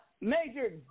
Major